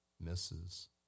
misses